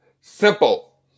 simple